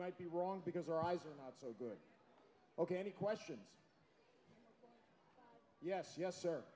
might be wrong because our eyes are not so good ok any questions yes yes